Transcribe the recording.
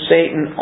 Satan